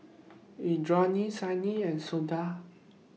Indranee Saina and Suda